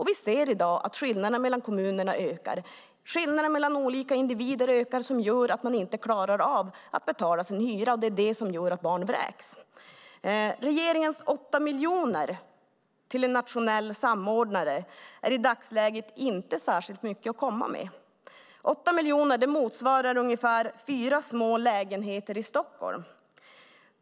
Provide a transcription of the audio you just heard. Vi ser i dag att skillnaderna mellan kommunerna ökar. Skillnaderna mellan olika individer ökar, vilket gör att man inte klarar av att betala sin hyra. Det är det som gör att barn vräks. Regeringens 8 miljoner till en nationell samordnare är i dagsläget inte särskilt mycket att komma med. 8 miljoner motsvarar ungefär fyra små lägenheter i Stockholm.